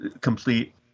complete